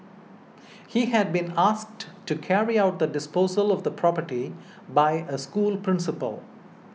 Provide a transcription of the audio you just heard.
he had been asked to carry out the disposal of the property by a school principal